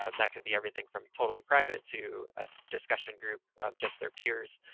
um that can be everything from totally private to a discussion group of just their peers,